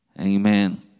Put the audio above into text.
Amen